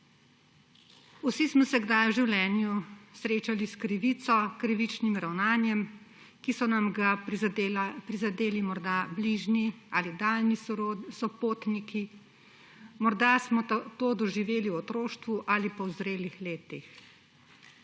Vsi smo se kdaj v življenju srečali s krivico, krivičnim ravnanjem, ki so nam ga prizadejali morda bližnji ali daljni sopotniki, morda smo to doživeli v otroštvu ali pa v zrelih letih.